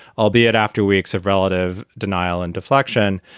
albeit after weeks of relative denial and deflection.